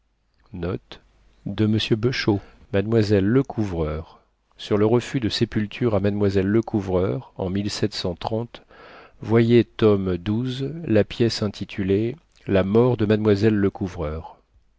mademoiselle lecouvreur sur le refus de sépulture à mademoiselle lecouvreur en voyait tom la pièce intitulée la mort de mademoiselle lecouvreur